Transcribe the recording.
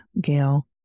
Gail